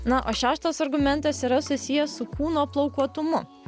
na o šeštas argumentas yra susijęs su kūno plaukuotumu